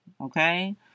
okay